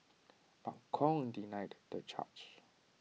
but Kong denied the charge